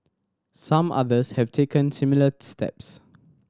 some others have taken similar steps